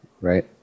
right